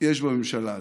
יש בממשלה הזאת,